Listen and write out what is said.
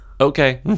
Okay